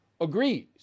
agrees